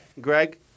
Greg